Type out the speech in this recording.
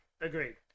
Agreed